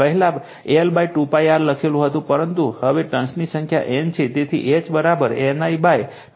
પહેલા I 2 π r લખેલુ હતું પરંતુ અહીં ટર્ન્સની સંખ્યા N છે તેથી H NI 2 π R છે